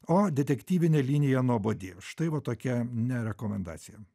o detektyvinė linija nuobodi v štai va tokia ne rekomendacija